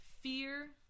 fear